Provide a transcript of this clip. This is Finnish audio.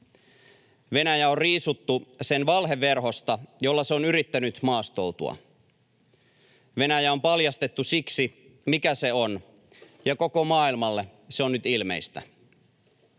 Venäjä on riisuttu sen valheverhosta, jolla se on yrittänyt maastoutua. Venäjä on paljastettu siksi, mikä se on, ja koko maailmalle se on nyt ilmeistä.